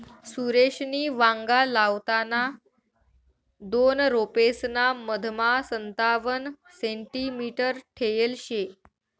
सुरेशनी वांगा लावताना दोन रोपेसना मधमा संतावण सेंटीमीटर ठेयल शे